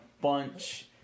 bunch